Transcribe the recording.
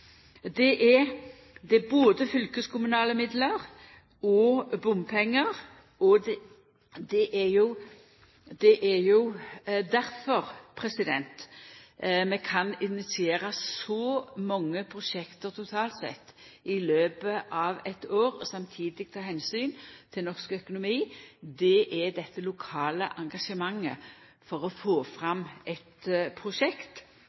både fylkeskommunale midlar og bompengar, og det er jo difor vi kan initiera så mange prosjekt totalt sett i løpet av eit år, og samtidig ta omsyn til norsk økonomi. Det er eit lokalt engasjement for å få fram eit prosjekt